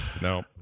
No